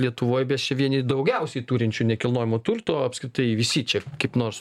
lietuvoj mes čia vieni daugiausiai turinčių nekilnojamo turto apskritai visi čia kaip nors